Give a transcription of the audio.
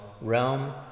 realm